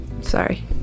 Sorry